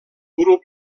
grup